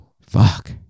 Fuck